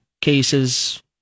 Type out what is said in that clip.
cases